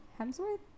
Hemsworth